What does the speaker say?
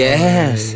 Yes